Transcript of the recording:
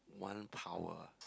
one power